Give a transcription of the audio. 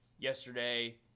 yesterday